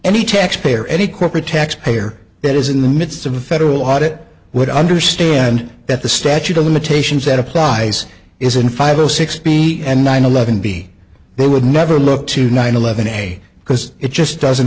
any taxpayer any corporate taxpayer that is in the midst of a federal audit would understand that the statute of limitations that applies is and five zero six b and nine eleven b they would never look to nine eleven a because it just doesn't